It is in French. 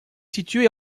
située